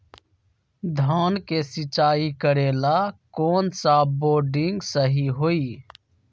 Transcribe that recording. धान के सिचाई करे ला कौन सा बोर्डिंग सही होई?